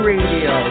Radio